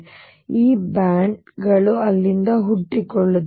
ಆದ್ದರಿಂದ ಈ ಬ್ಯಾಂಡ್ ಗಳು ಅಲ್ಲಿಂದ ಹುಟ್ಟಿಕೊಳ್ಳುತ್ತವೆ